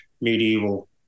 medieval